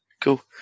Cool